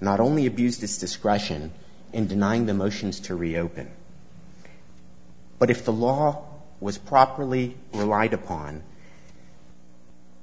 not only abused its discretion in denying the motions to reopen but if the law was properly relied upon